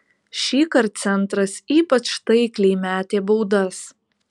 šįkart centras ypač taikliai metė baudas